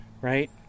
right